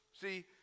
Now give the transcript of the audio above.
See